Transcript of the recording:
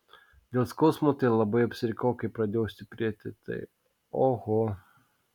dėl skausmo tai labai apsirikau kai pradėjo stiprėti tai oho